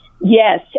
Yes